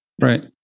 Right